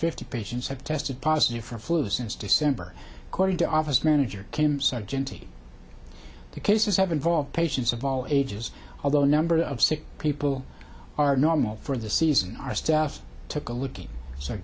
fifty patients have tested positive for flu since december according to office manager kim said gently the cases have involved patients of all ages although a number of sick people are normal for the season our staff took a looking so